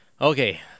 okay